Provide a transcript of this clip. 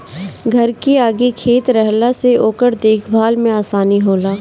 घर के लगे खेत रहला से ओकर देख भाल में आसानी होला